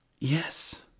Yes